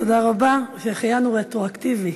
תודה רבה, ושהחיינו רטרואקטיבי.